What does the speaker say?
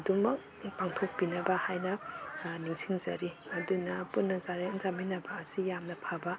ꯑꯗꯨꯝꯃꯛ ꯄꯥꯡꯊꯣꯛꯄꯤꯅꯕ ꯍꯥꯏꯅ ꯅꯤꯡꯁꯤꯡꯖꯔꯤ ꯑꯗꯨꯅ ꯄꯨꯟꯅ ꯆꯥꯛꯂꯦꯟ ꯆꯥꯃꯤꯟꯅꯕ ꯑꯁꯤ ꯌꯥꯝꯅ ꯐꯕ